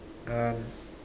um